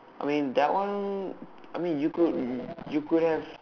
I mean that one I mean you could you could have